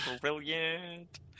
Brilliant